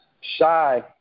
shy